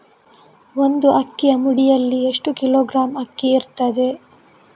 ಒಂದು ಅಕ್ಕಿಯ ಮುಡಿಯಲ್ಲಿ ಎಷ್ಟು ಕಿಲೋಗ್ರಾಂ ಅಕ್ಕಿ ಇರ್ತದೆ?